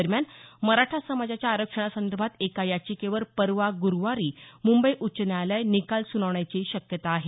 दरम्यान मराठा समाजाच्या आरक्षणासंदर्भात एका याचिकेवर परवा ग्रुवारी मुंबई उच्च न्यायालय निकाल सुनावण्याची शक्यता आहे